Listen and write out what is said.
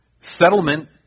settlement